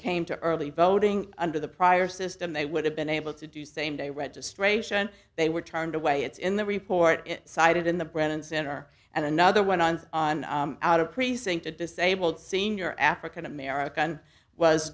came to early voting under the prior system they would have been able to do same day registration they were turned away it's in the report cited in the brennan center and another went on out of precinct a disabled senior african american was